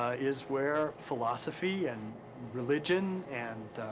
ah is where philosophy and religion and,